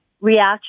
reaction